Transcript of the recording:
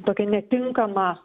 tokią netinkamą